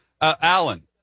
Alan